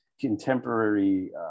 contemporary